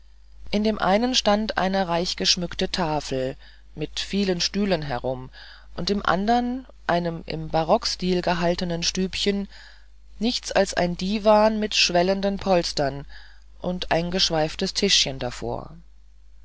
in dem einen stand eine reichgeschmückte tafel mit vielen stühlen herum in dem andern einem im barockstil gehaltenen stübchen nichts als ein diwan mit schwellenden polstern und ein geschweiftes tischchen davor